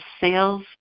sales